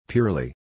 Purely